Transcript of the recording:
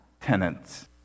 tenants